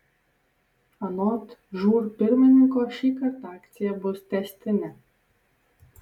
anot žūr pirmininko šįkart akcija bus tęstinė